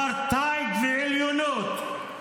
-- אפרטהייד ועליונות,